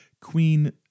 Queen